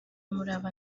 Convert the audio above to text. umurava